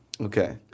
Okay